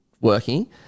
working